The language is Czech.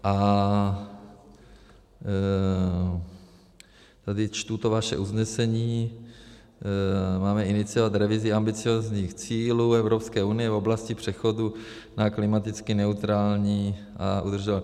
A tady čtu to vaše usnesení: máme iniciovat revizi ambiciózních cílů Evropské unie v oblasti přechodu na klimaticky neutrální a udržovat...